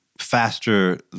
faster